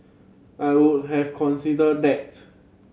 I would have considered that